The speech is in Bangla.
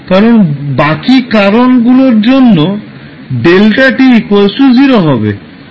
কারণ বাকী কারণ গুলোর জন্য 𝛿𝑡0 হবে